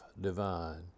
divine